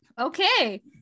Okay